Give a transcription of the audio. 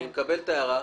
אני מקבל את ההערה.